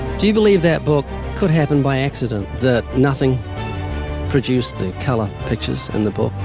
do you believe that book could happen by accident? that nothing produced the color pictures in the book?